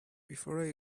before